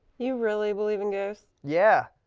you really believe in ghosts? yeah,